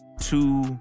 two